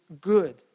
good